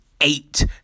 eight